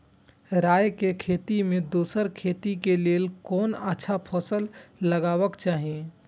राय के खेती मे दोसर खेती के लेल कोन अच्छा फसल लगवाक चाहिँ?